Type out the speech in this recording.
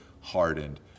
hardened